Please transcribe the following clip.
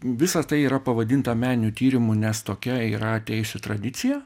visa tai yra pavadinta meniniu tyrimu nes tokia yra atėjusi tradicija